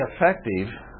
effective